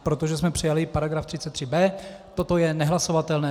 Protože jsme přijali § 33b, toto je nehlasovatelné.